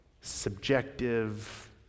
subjective